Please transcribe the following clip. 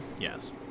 yes